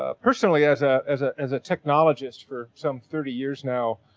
ah personally, as a, as a, as a technologist for some thirty years now,